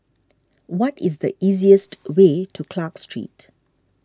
what is the easiest way to Clarke Street